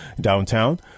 downtown